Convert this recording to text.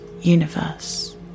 universe